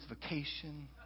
vacation